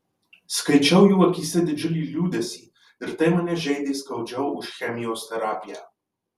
skaičiau jų akyse didžiulį liūdesį ir tai mane žeidė skaudžiau už chemijos terapiją